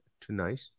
tonight